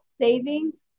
savings